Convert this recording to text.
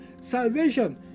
Salvation